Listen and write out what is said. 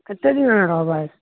कतेक दिन अहाँ रहबै